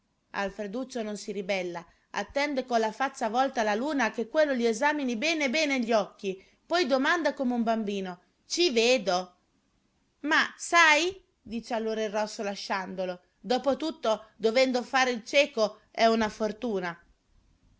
cane alfreduccio non si ribella attende con la faccia volta alla luna che quello gli esamini ben bene gli occhi poi domanda come un bambino ci vedo ma sai dice allora il rosso lasciandolo dopo tutto dovendo fare il cieco è una fortuna